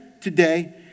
today